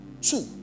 two